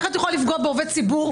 איך את יכולה לפגוע בעובד ציבור?